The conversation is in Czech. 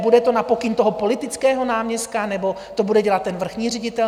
Bude to na pokyn politického náměstka, nebo to bude dělat vrchní ředitel?